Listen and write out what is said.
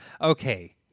Okay